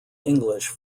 english